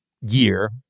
year